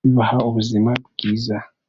bibaha ubuzima bwiza.